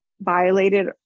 violated